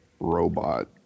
robot